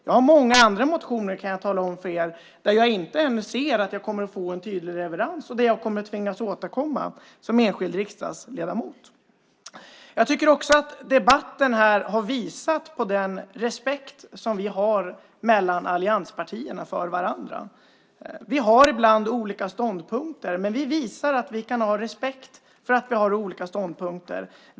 Jag har många andra motioner, kan jag tala om för er, där jag ännu inte ser att jag kommer att få en tydlig leverans och där jag kommer att tvingas återkomma som enskild riksdagsledamot. Jag tycker också att debatten här har visat på den respekt som vi har mellan allianspartierna för varandra. Vi har ibland olika ståndpunkter, men vi visar att vi kan ha respekt för att vi har olika ståndpunkter.